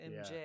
MJ